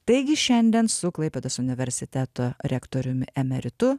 taigi šiandien su klaipėdos universiteto rektoriumi emeritu